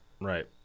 right